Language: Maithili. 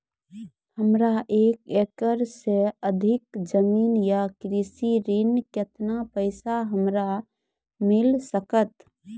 हमरा एक एकरऽ सऽ अधिक जमीन या कृषि ऋण केतना पैसा हमरा मिल सकत?